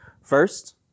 first